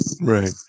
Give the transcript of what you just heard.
Right